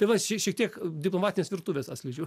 tai va šie šiek tiek diplomatijos virtuvės atskleidžiau